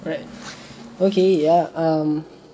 alright okay ya um